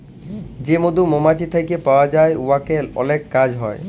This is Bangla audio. যে মধু মমাছি থ্যাইকে পাউয়া যায় উয়ার অলেক কাজ হ্যয়